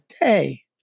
day